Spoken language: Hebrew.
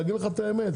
להגיד לך את האמת,